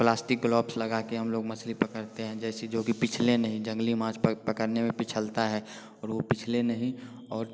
plastic gloves लगा कर हम लोग मछली पकड़ते हैं जैसे जो कि पिछले नहीं जंगली मछ पक पकड़ने में फिसलता है और वह फिसले नहीं और